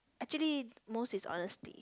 actually most is honesty